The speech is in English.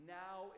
now